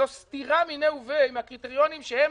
זאת סתירה מִינֵּיהּ וּבֵיהּ מהקריטריונים שהם